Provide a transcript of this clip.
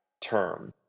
term